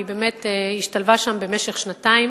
היא באמת השתלבה שם במשך שנתיים,